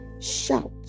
Shout